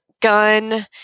gun